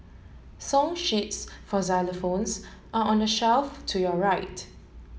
song sheets for xylophones are on the shelf to your right